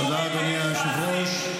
תתביישו לכם.